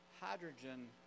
hydrogen